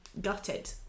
gutted